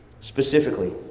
Specifically